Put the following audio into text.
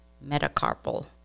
metacarpal